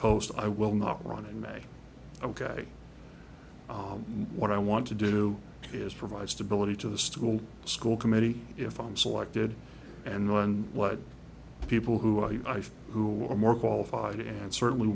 post i will not run in may ok what i want to do is provide stability to the stool school committee if i'm selected and learn what the people who i who are more qualified and certainly